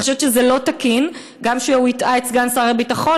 אני חושבת שזה לא תקין גם שהוא הטעה את סגן שר הביטחון,